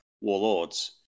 Warlords